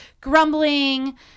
grumbling